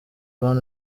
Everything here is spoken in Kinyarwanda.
brown